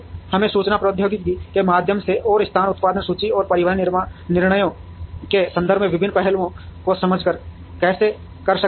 हम सूचना प्रौद्योगिकी के माध्यम से और स्थान उत्पादन सूची और परिवहन निर्णयों के संदर्भ में विभिन्न पहलुओं को समझकर कैसे कर सकते हैं